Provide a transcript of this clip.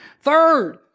Third